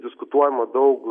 diskutuojama daug